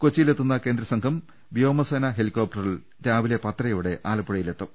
കൊച്ചിയിലെത്തുന്ന കേന്ദ്രസംഘം വ്യോമസേനാ ഹെലികോപ്ടറിൽ രാവിലെ പത്തരയോടെ ആലപ്പുഴയിലെത്തും